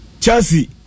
Chelsea